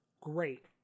great